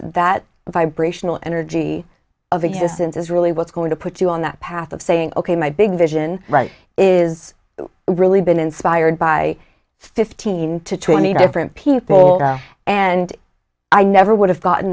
that vibrational energy of his sins is really what's going to put you on that path of saying ok my big vision is really been inspired by fifteen to twenty different people and i never would have gotten